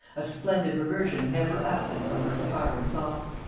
a splendid reversion never absent from her aspiring thoughts.